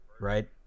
Right